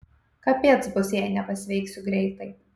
kapėc bus jei nepasveiksiu greitai